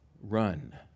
Run